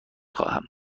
خواهم